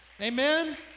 Amen